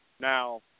now